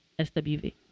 SWV